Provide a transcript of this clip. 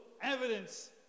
evidence